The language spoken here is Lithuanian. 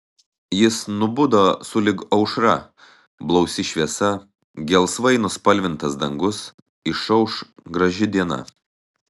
jis nubudo sulig aušra blausi šviesa gelsvai nuspalvintas dangus išauš graži diena